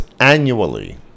annually